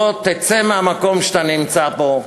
בוא תצא מהמקום שאתה נמצא בו,